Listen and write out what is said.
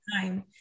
time